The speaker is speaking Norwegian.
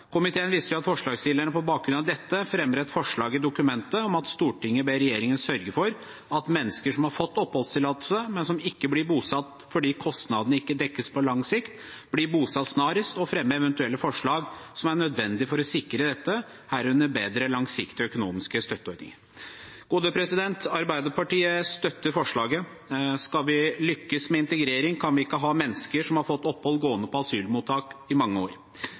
Komiteen viser til at forslagsstillerne på bakgrunn av dette fremmer et forslag i dokumentet om at: «Stortinget ber regjeringen sørge for at mennesker som har fått oppholdstillatelse, men som ikke blir bosatt fordi kostnadene ikke dekkes på lang sikt, blir bosatt snarest, og fremme eventuelle forslag som er nødvendig for å sikre dette, herunder bedre langsiktige økonomiske støtteordninger.» Arbeiderpartiet støtter forslaget. Skal vi lykkes med integrering, kan vi ikke ha mennesker som har fått opphold, gående på asylmottak i mange år.